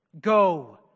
Go